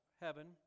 heaven